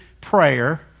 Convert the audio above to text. prayer